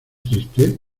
triste